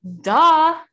Duh